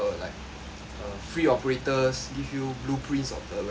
uh free operators give you blueprints of the weapons